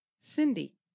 Cindy